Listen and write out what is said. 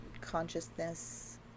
consciousness